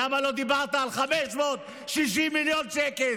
למה לא דיברת על 560 מיליון שקל?